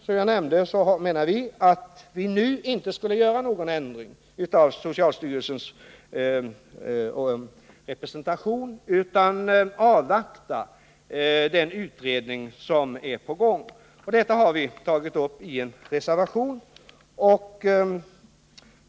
Vi anser alltså att man inte nu skall göra någon ändring av socialstyrelsens sammansättning, utan vi vill avvakta den utredning som är på gång. Detta har vi tagit upp i en reservation.